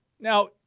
Now